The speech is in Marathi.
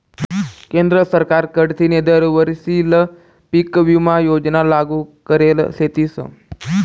केंद्र सरकार कडथीन दर वरीसले पीक विमा योजना लागू करेल शेतीस